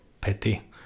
petty